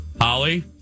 Holly